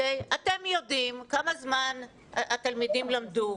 אתם יודעים כמה זמן התלמידים למדו.